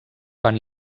van